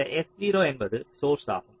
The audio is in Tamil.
இந்த S0 என்பது சோர்ஸ் ஆகும்